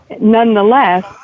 nonetheless